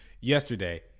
Yesterday